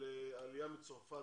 נפרד על העלייה מצרפת,